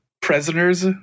prisoners